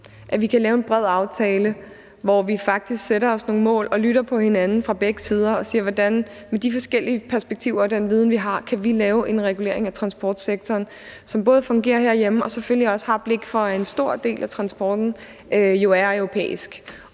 at vi kan lave en bred aftale, hvor vi faktisk sætter os nogle mål og lytter til hinanden fra begge sider og siger: Hvordan kan vi med de forskellige perspektiver og den viden, vi har, lave en regulering af transportsektoren, som fungerer herhjemme, og selvfølgelig også have blik for, at en stor del af transporten jo er europæisk